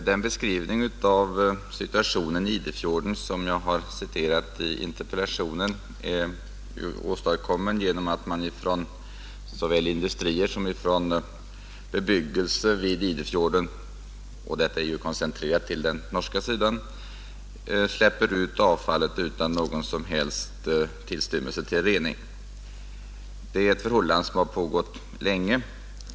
Herr talman! Situationen i Idefjorden, som jag har citerat en beskrivning av i interpellationen, är ju åstadkommen genom att såväl industrier som övrig bebyggelse vid Idefjorden — den är koncentrerad till den norska sidan — släpper ut avfall utan någon som helst tillstymmelse till rening. Det är ett förhållande som har rått länge.